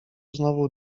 znowu